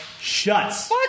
shuts